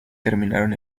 terminaron